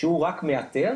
שהוא רק מאתר,